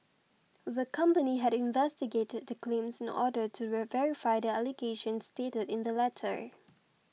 the company had investigated the claims in order to verify the allegations stated in the letter